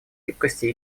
гибкости